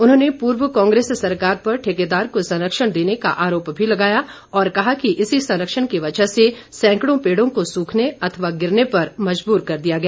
उन्होंने पूर्व कांग्रेस सरकार पर ठेकेदार को संरक्षण देने का आरोप भी लगाया और कहा कि इसी संरक्षण की वजह से सैकड़ों पेड़ों को सूखने अथवा गिरने पर मजबूर कर दिया गया